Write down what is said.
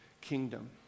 kingdom